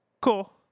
Cool